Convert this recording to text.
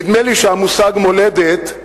נדמה לי שהמושג מולדת,